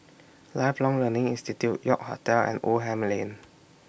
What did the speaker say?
Lifelong Learning Institute York Hotel and Oldham Lane